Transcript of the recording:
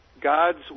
God's